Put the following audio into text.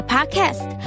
Podcast